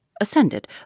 ascended